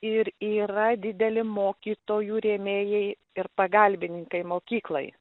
ir yra dideli mokytojų rėmėjai ir pagalbininkai mokyklai